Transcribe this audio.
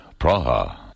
Praha